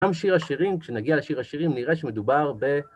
גם שיר השירים, כשנגיע לשיר השירים, נראה שמדובר ב...